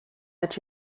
that